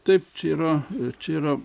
taip čia yra čia yra